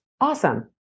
Awesome